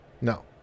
no